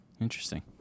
Interesting